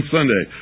Sunday